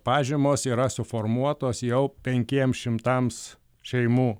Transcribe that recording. pažymos yra suformuotos jau penkiem šimtams šeimų